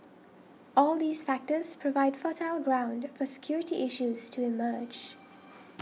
all these factors provide fertile ground for security issues to emerge